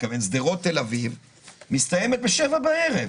משדרות לתל אביב מסיימת את פעילותה ב-19:00 בערב.